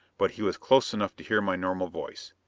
but he was close enough to hear my normal voice.